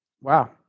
wow